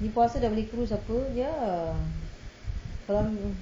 umi puasa dah boleh kurus apa ya